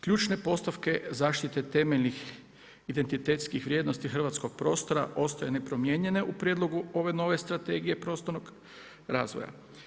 Ključne postavke zaštite temeljnih identitetskih vrijednosti hrvatskog prostora ostaje nepromijenjene u prijedlogu ove nove strategije prostornog razvoja.